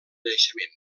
naixement